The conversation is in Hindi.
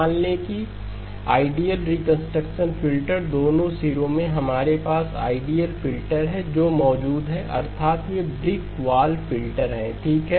मान लें कि आइडियल रिकंस्ट्रक्शन फ़िल्टर दोनों सिरों में हमारे पास आइडियल फ़िल्टर हैं जो मौजूद हैं अर्थात वे ब्रिक वॉल फ़िल्टर है ठीक हैं